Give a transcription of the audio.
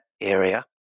area